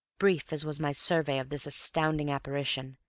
brief as was my survey of this astounding apparition,